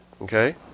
Okay